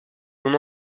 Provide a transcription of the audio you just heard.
son